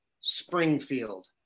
Springfield